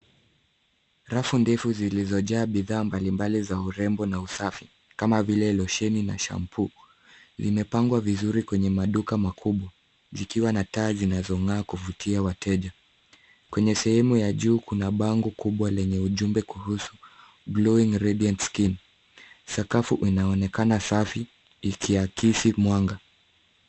Rafu ndefu zilizojaa bidhaa mbalimbali za urembo na usafi kama vile losheni na shampu. Zimepangwa vizuri kwenye maduka makubwa zikiwa na taa zinazong'aa kuvutia wateja. Kwenye sehemu ya juu kuna bango kubwa lenye ujumbe kuhusu glowing radiant skin . Sakafu inaonekana safi, ikiakisi mwanga.